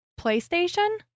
PlayStation